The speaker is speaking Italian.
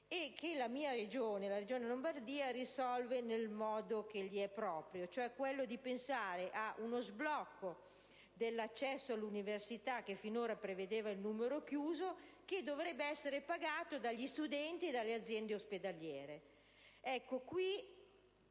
questa situazione viene risolta nel modo che le è proprio, quello cioè di pensare ad uno sblocco dell'accesso all'università, che finora prevedeva il numero chiuso, che dovrebbe essere pagato dagli studenti e dalle aziende ospedaliere.